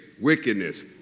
wickedness